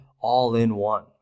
all-in-one